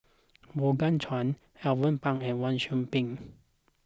Morgan Chua Alvin Pang and Wang Sui Pick